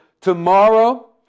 Tomorrow